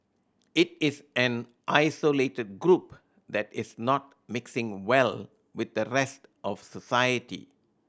it is an isolated group that is not mixing well with the rest of society